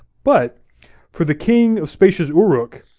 but for the king of spacious uruk,